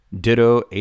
Ditto